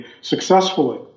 successfully